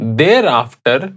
thereafter